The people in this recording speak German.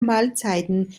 mahlzeiten